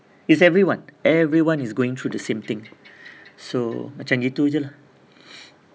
is everyone everyone is going through the same thing so macam gitu aje lah